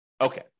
Okay